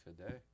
Today